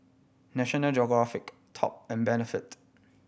National Geographic Top and Benefit